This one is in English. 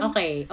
Okay